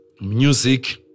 music